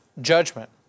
judgment